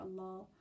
Allah